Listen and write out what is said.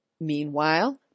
Meanwhile